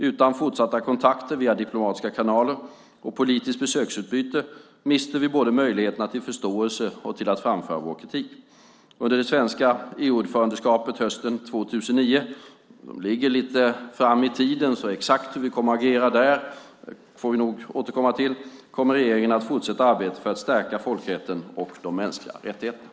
Utan fortsatta kontakter via diplomatiska kanaler och politiskt besöksutbyte mister vi möjligheterna till förståelse och till att framföra vår kritik. Under det svenska EU-ordförandeskapet hösten 2009 kommer regeringen att fortsätta arbetet för att stärka folkrätten och de mänskliga rättigheterna. Det ligger lite framåt i tiden, så exakt hur vi kommer att agera där får vi nog återkomma till.